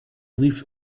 leaf